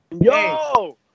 Yo